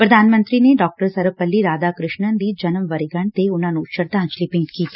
ਪ੍ਰਧਾਨ ਮੰਤਰੀ ਨੇ ਡਾ ਸਰਵਪਲੀ ਰਾਧਾ ਕ੍ਰਿਸਨਨ ਦੀ ਜਨਮ ਵਰੇਰੀਢ ਤੇ ਉਨ੍ਹਾ ਨੂੰ ਸਰਧਾਜਲੀ ਭੇਾਂਟ ਕੀਤੀ